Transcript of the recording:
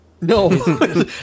No